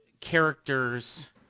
characters